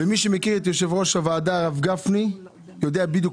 מי שמכיר את יושב ראש הוועדה הרב גפני יודע בדיוק